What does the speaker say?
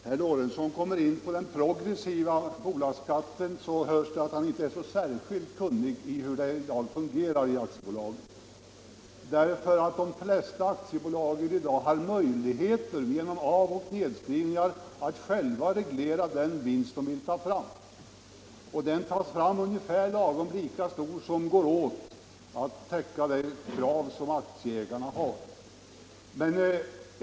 Herr talman! När herr Lorentzon kommer in på den progressiva bolagsskatten hörs det att han inte känner särskilt bra till hur det i dag går till i aktiebolagen. De flesta aktiebolag har möjlighet att genom avoch nedskrivningar själva reglera den vinst som de vill ta fram. Den tas fram så att den blir lagom stor för att tillfredsställa aktieägarnas krav.